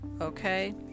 Okay